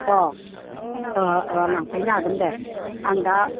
अ अ अ लांफैनो हागोन दे आं दा